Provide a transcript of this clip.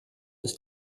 ist